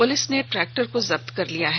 police ने tractor को जब्त कर लिया है